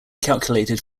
calculated